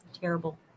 Terrible